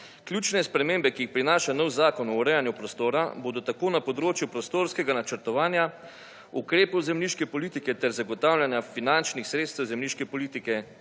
Ključne spremembe, ki jih prinaša nov zakon o urejanju prostora bodo tako na področju prostorskega načrtovanja, ukrepov zemljiške politike ter zagotavljanja finančnih sredstev zemljiške politike